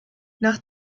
nach